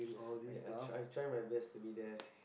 I I try I try my best to be there